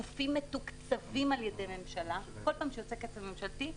גופים מתוקצבים על-ידי ממשלה כל פעם שיוצא כסף ממשלתי,